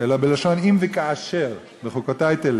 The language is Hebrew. אלא בלשון "אם וכאשר בחוקותי תלכו",